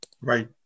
Right